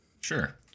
Sure